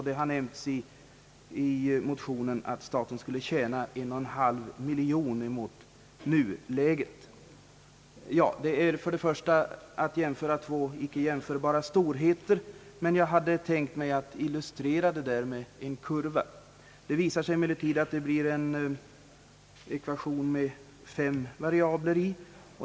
Det har nämnts i motionen att staten skulle tjäna en och en halv miljon kronor gentemot nuläget. Det är nu att jämföra två icke jämförbara storheter. Jag hade tänkt illustrera detta med en kurva. Det visar sig emellertid att det blir en ekvation med fem variabler.